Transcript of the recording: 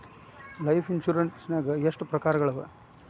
Life insurance ನ್ಯಾಗ ಎಷ್ಟ್ ಪ್ರಕಾರ್ಗಳವ?